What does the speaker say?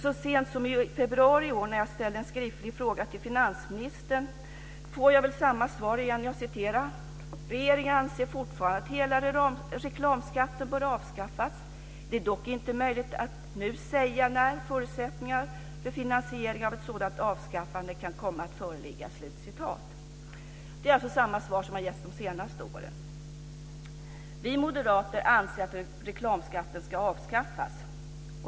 Så sent som i februari i år, när jag ställde en skriftlig fråga till finansministern, fick jag samma svar igen. Det stod så här: Regeringen anser fortfarande att hela reklamskatten bör avskaffas. Det är dock inte möjligt att nu säga när förutsättningar för finansiering av ett sådant avskaffande kan komma att föreligga. Det är alltså samma svar som har getts de senaste åren. Vi moderater anser att reklamskatten ska avskaffas.